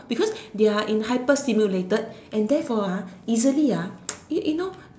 because they are in hyper stimulated and there for ah easily ah you know